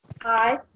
Hi